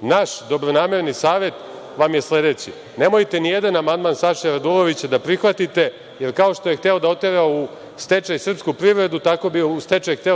naš dobronamerni savet vam je sledeći, nemojte ni jedan amandman Saše Radulovića da prihvatite, jer kao što je hteo da otera u stečaj srpsku privredu, tako bi